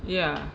ya